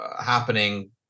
happening